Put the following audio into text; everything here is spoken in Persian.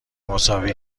مساوی